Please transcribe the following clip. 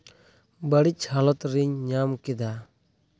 ᱵᱟᱹᱲᱤᱡ ᱦᱟᱞᱚᱛ ᱨᱤᱧ ᱧᱟᱢ ᱠᱮᱫᱟ